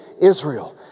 Israel